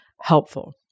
helpful